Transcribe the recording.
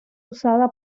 usada